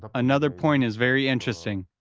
ah another point is very interesting.